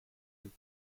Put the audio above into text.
een